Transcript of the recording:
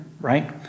right